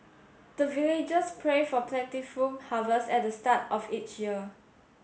the villagers pray for plentiful harvest at the start of each year